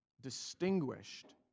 distinguished